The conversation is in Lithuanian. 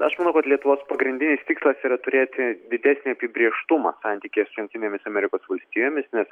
aš manau kad lietuvos pagrindinis tikslas yra turėti didesnį apibrėžtumą santykyje su jungtinėmis amerikos valstijomis nes